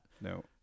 no